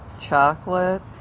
chocolate